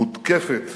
מותקפת